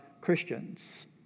Christians